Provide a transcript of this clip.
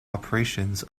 operations